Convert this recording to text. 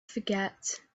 forget